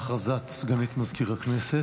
הודעה לסגנית מזכיר הכנסת.